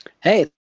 Hey